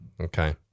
okay